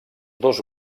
dos